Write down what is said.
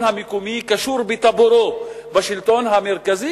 המקומי קשור בטבורו בשלטון המרכזי,